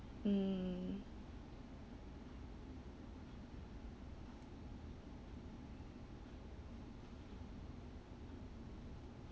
mm